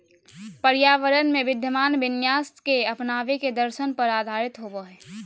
पर्यावरण में विद्यमान विन्यास के अपनावे के दर्शन पर आधारित होबा हइ